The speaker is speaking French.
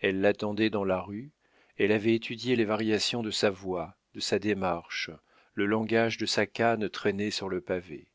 elle l'attendait dans la rue elle avait étudié les variations de sa voix de sa démarche le langage de sa canne traînée sur le pavé